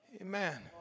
Amen